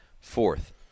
fourth